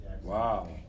Wow